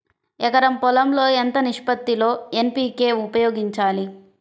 ఎకరం పొలం లో ఎంత నిష్పత్తి లో ఎన్.పీ.కే ఉపయోగించాలి?